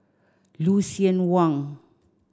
Lucien Wang